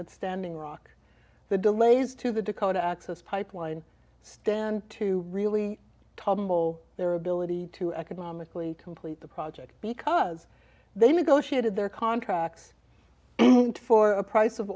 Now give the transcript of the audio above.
and standing rock the delays to the dakota access pipeline stand to really tumble their ability to economically complete the project because they negotiated their contracts for a price of